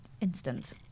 instant